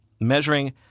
measuring